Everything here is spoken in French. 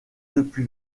depuis